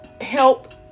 help